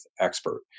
expert